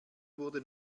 wurde